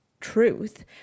truth